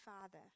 Father